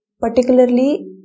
particularly